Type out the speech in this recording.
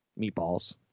meatballs